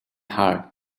hard